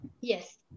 Yes